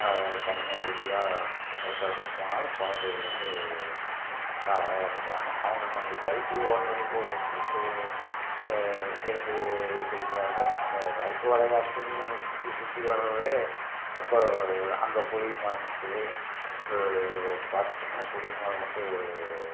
த தண்ணி அருவியாக குற்றாலத்துக்கு போனாலும் குழந்தைகள் வந்து நல்லா விளையாண்ட்டு இருப்பாங்க அவங்களுக்கு அந்த சைக்கிளு ஓட்டுவதுக்கு கூட இருக்குது அந்த டு எடுத்து வச்சுருக்குறாங்க அந்த சருக்கு விளையாட்டுமும் சுற்றி சுற்றி வரதே ரொம்ப அந்த புளிய மரம் இருக்குது பார்த்துடோம்னா புளி மரம் வந்து